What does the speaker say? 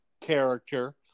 character